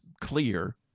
clear